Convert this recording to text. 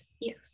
Yes